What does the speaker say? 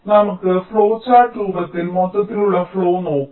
നമുക്ക് flow chart രൂപത്തിൽ മൊത്തത്തിലുള്ള ഫ്ലോ നോക്കാം